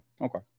okay